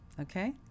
Okay